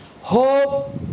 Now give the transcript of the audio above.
hope